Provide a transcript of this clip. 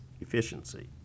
efficiency